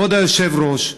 כבוד היושב-ראש,